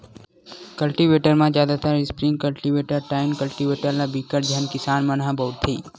cultivator म जादातर spring cultivator, tine cultivator ल बिकट झन किसान मन ह बउरथे